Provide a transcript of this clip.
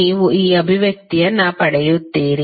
ನೀವು ಈ ಅಭಿವ್ಯಕ್ತಿ ಪಡೆಯುತ್ತೀರಿ